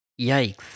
Yikes